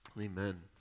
Amen